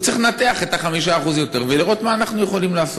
הוא צריך לנתח את ה-5% יותר ולראות מה אנחנו יכולים לעשות.